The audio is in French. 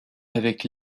avec